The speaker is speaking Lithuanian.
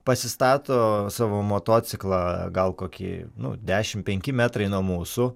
pasistato savo motociklą gal kokį nu dešim penki metrai nuo mūsų